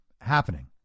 happening